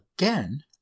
again